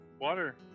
water